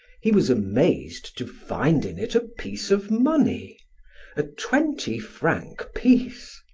he was amazed to find in it a piece of money a twenty-franc piece!